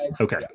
Okay